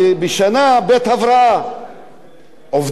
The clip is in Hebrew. עובדי הבניין היו מקבלים אפילו בית-הבראה,